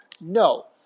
No